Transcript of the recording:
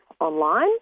online